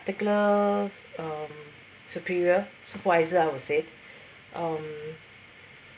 particular um superior supervisor ah I'd say um